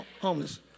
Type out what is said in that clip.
homeless